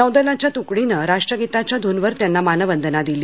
नौदलाच्यार तुकडीने राष्ट्यगीताच्याध धूनवर त्यांना मानवंदना दिली